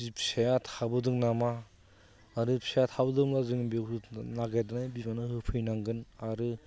फिसाया थाबोदों नामा आरो फिसाया थाबोदोंब्ला जों बेवहाय नागिरनाय बिमानो होफैनांगोन आरो